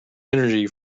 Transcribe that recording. energy